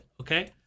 okay